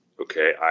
okay